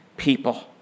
people